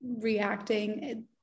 reacting